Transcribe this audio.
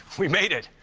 we made it.